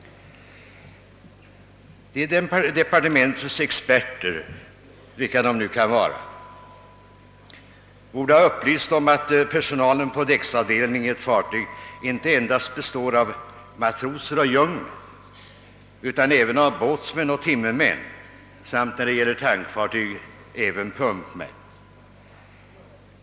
Departementets experter — vilka de nu kan vara — borde när det gäller hänsynstagandet till sjöarbetslagens bestämmelser ha upplyst om att personalen på ett fartygs däcksavdelning inte endast består av matroser och jungmän utan äyen av båtsmän och timmermän samt när det gäller tankfartyg även pumpmän.